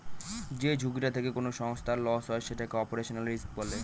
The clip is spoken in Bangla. যে ঝুঁকিটা থেকে কোনো সংস্থার লস হয় সেটাকে অপারেশনাল রিস্ক বলে